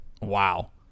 Wow